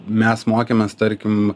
mes mokėmės tarkim